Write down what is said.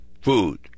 food